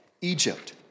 Egypt